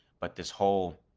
but this whole